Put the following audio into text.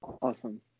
Awesome